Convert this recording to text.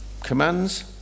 commands